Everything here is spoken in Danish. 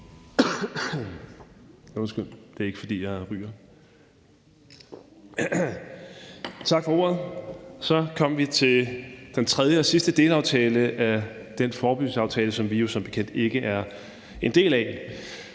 Tak for ordet, formand. Så kom vi til den tredje og sidste delaftale af den forebyggelsesaftale, som vi jo som bekendt ikke er en del af.